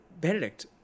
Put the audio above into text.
Benedict